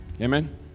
Amen